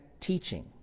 teaching